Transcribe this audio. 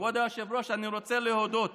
כבוד היושב-ראש, אני רוצה להודות